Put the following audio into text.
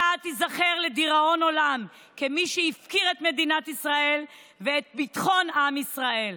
אתה תיזכר לדיראון עולם כמי שהפקיר את מדינת ישראל ואת ביטחון עם ישראל.